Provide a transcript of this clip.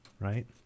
Right